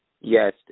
Yes